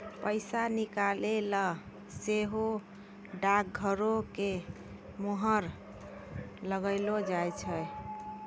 पैसा निकालला पे सेहो डाकघरो के मुहर लगैलो जाय छै